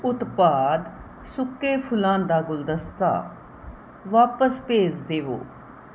ਉਤਪਾਦ ਸੁੱਕੇ ਫੁੱਲਾਂ ਦਾ ਗੁਲਦਸਤਾ ਵਾਪਸ ਭੇਜ ਦੇਵੋ